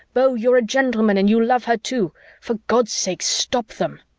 beau, you're a gentleman and you love her, too for god's sake, stop them!